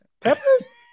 Peppers